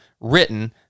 written